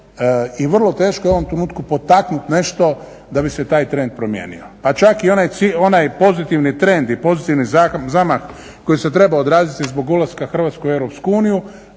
i vrlo teško je u ovom trenutku potaknuti nešto da bi se taj trend promijenio. Pa čak i onaj pozitivni trend i pozitivni zamah koji se trebao odraziti zbog ulaska Hrvatske u EU je